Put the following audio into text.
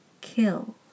kill